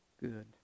good